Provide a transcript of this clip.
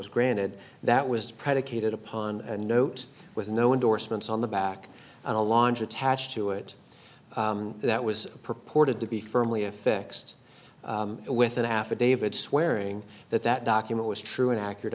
was granted that was predicated upon a note with no endorsements on the back and a launch attached to it that was purported to be firmly affixed with an affidavit swearing that that document was true and accurate